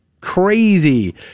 crazy